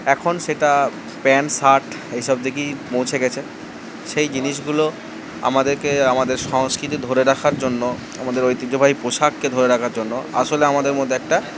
এখন সেটা pant shirt এসব দিকেই পৌঁছে গেছে সেই জিনিসগুলো আমাদেরকে আমাদের সংস্কৃতি ধরে রাখার জন্য আমাদের ঐতিহ্যবাহী পোশাককে ধরে রাখার জন্য আসলে আমাদের মধ্যে একটা